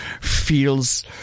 feels